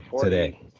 today